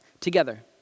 together